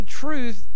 truth